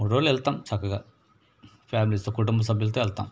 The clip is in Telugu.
మూడు రోజులు వెళ్తాము చక్కగా ఫ్యామిలీతో కుటుంబ సభ్యులతో వెళ్తాం